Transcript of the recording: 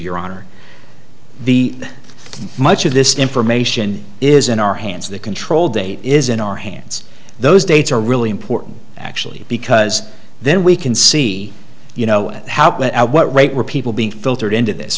your honor the much of this information is in our hands that control day is in our hands those dates are really important actually because then we can see you know how but at what rate were people being filtered into this